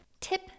Tip